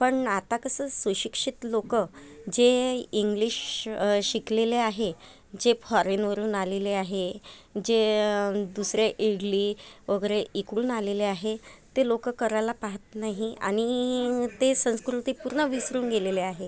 पण आता कसं सुशिक्षित लोकं जे इंग्लिश शिकलेले आहे जे फॉरेनवरून आलेले आहे जे दुसरे इडली वगैरे इकडून आलेले आहे ते लोक करायला पहात नाही आणि ते संस्कृती पूर्ण विसरून गेलेले आहे